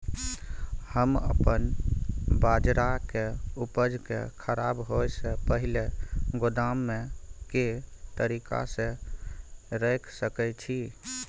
हम अपन बाजरा के उपज के खराब होय से पहिले गोदाम में के तरीका से रैख सके छी?